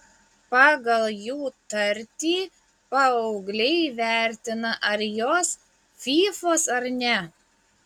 pagal jų tartį paaugliai įvertina ar jos fyfos ar ne